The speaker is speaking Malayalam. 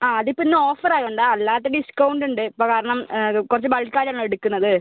ആ അതിപ്പം ഇന്ന് ഓഫർ ആയതുകൊണ്ടാണ് അല്ലാതെ ഡിസ്ക്കൗണ്ട് ഉണ്ട് ഇപ്പോൾ കാരണം കുറച്ച് ബൾക്കായിട്ടല്ലേ എടുക്കുന്നത്